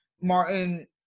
Martin